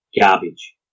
garbage